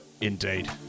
indeed